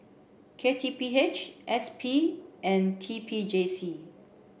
K T P H S P and T P J C